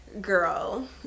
girl